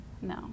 No